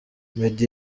meddy